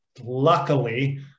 luckily